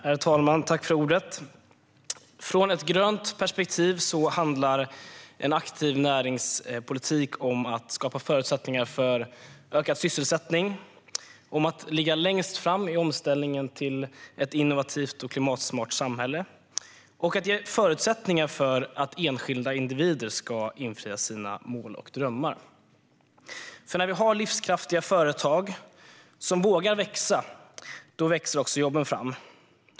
Herr talman! Från ett grönt perspektiv handlar en aktiv näringspolitik om att skapa förutsättningar för ökad sysselsättning, om att ligga längst fram i omställningen till ett innovativt och klimatsmart samhälle och om att ge förutsättningar för enskilda individer att infria sina mål och drömmar. När vi har livskraftiga företag som vågar växa växer också jobben fram.